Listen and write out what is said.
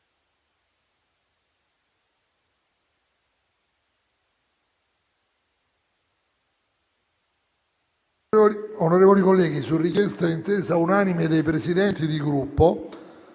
Onorevoli colleghi, su richiesta e intesa unanime dei Presidenti di Gruppo,